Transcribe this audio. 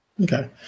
Okay